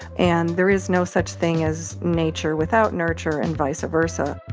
and there is no such thing as nature without nurture and vice versa